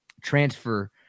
transfer